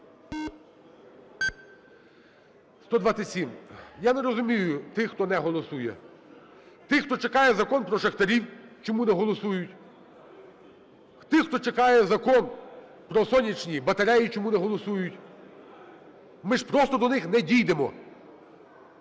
За-127 Я не розумію тих, хто не голосує. Тих, хто чекає Закон про шахтарів, чому не голосують. Тих, хто чекає Закон про сонячні батареї, чому не голосують. Ми ж просто до них не дійдемо.